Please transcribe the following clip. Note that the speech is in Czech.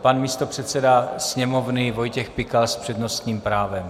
Pan místopředseda Sněmovny Vojtěch Pikal s přednostním právem.